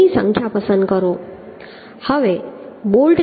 બોલ્ટ્સની સંખ્યા પસંદ કરો